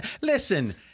listen